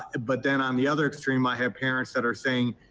ah but then on the other extreme, i have parents that are saying,